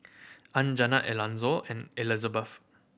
Anjanette Elonzo and Elizbeth